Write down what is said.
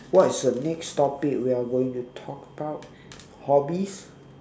what is the next topic we are going to talk about hobbies